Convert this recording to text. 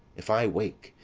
if i wake,